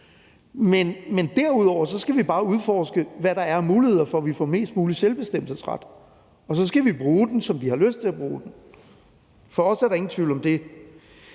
men derudover skal vi bare udforske, hvad der er af muligheder for, at vi får mest mulig selvbestemmelsesret, og så skal vi bruge den, som vi har lyst til at bruge den. For os er der ingen tvivl om det.